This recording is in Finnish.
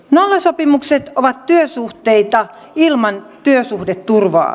nollasopimukset ovat työsuhteita ilman työsuhdeturvaa